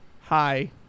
Hi